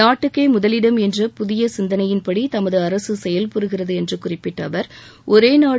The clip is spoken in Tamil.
நாட்டுக்கே முதலிடம் என்ற புதிய சிந்தனையின்படி தமது அரசு செயல் புரிகிறது என்று குறிப்பிட்ட அவர் ஒரே நாடு